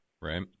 Right